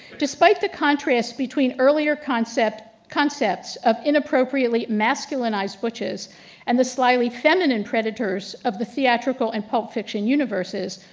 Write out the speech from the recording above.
despite the contrast between earlier concepts concepts of inappropriately masculinized butches and the slightly feminine predators of the theatrical and pulp fiction universes,